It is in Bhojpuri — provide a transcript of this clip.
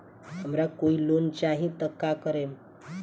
हमरा कोई लोन चाही त का करेम?